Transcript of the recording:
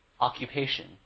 occupation